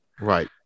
right